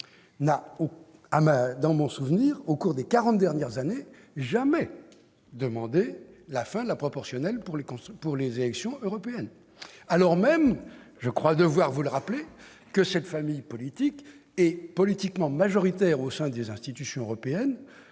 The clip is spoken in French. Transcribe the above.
n'a, dans mon souvenir, au cours des quarante dernières années, jamais demandé la fin de la proportionnelle pour les élections européennes. Je crois aussi devoir lui rappeler que cette même famille politique a été politiquement majoritaire au sein des institutions européennes